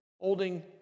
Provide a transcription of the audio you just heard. holding